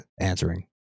answering